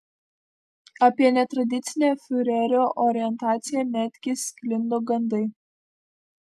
apie netradicinę fiurerio orientaciją netgi sklido gandai